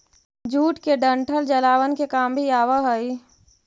jute के डंठल जलावन के काम भी आवऽ हइ